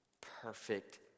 perfect